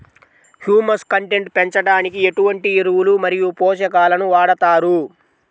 Humus content పెంచడానికి ఎటువంటి ఎరువులు మరియు పోషకాలను వాడతారు?